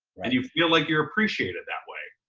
and you feel like you're appreciated that way.